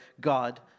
God